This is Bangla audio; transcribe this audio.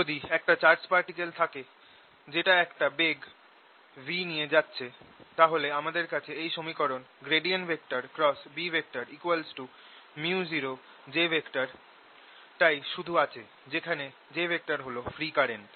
যদি একটা চার্জ পার্টিকেল থাকে যেটা একটা বেগ v নিয়ে যাচ্ছে তাহলে আমাদের কাছে এই সমীকরণ B µoj টাই শুধু আছে যেখানে j হল ফ্রী কারেন্ট